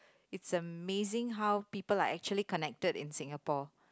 it's amazing how people are actually connected in Singapore